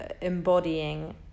embodying